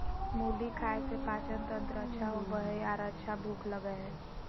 मुली खाय से पाचनतंत्र अच्छा होबय हइ आर अच्छा भूख लगय हइ